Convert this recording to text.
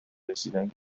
رسیدن